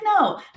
no